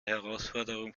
herausforderung